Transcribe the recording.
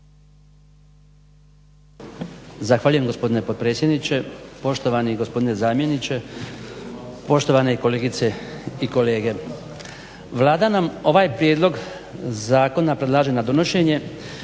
Zahvaljujem gospodine potpredsjedniče. Poštovani gospodine zamjeniče, poštovane kolegice i kolege. Vlada nam ovaj prijedlog zakona predlaže na donošenje